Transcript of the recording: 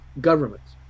governments